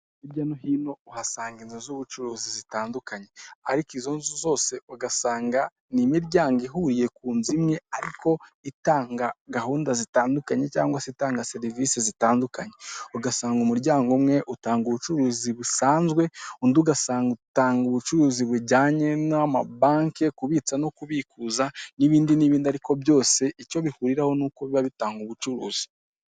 Hirya no hino uhasanga inzu z'ubucuruzi zitandukanye ariko izo nzu zose ugasanga n'imiryango ihuye ku nzu imwe, ariko itanga gahunda zitandukanye cyangwa se itanga serivisi zitandukanye, ugasanga umuryango umwe utanga ubucuruzi busanzwe, undi ugasanga utanga ubucuruzi bujyanye n'amabanki, kubitsa no kubikuza, n'ibindi n'ibindi ariko byose icyo bihuriraho, ni uko biba bitanga ubucuruzi.